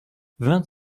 vingt